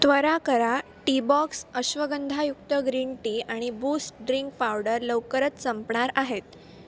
त्वरा करा टीबॉक्स अश्वगंधायुक्त ग्रीन टी आणि बूस्ट ड्रिंक पावडर लवकरच संपणार आहेत